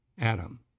Adam